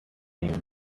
him